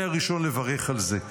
אני הראשון לברך על זה.